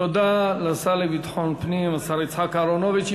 תודה לשר לביטחון פנים, השר יצחק אהרונוביץ.